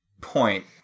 Point